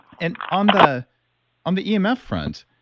and on the on the emf front,